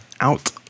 Out